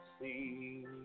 see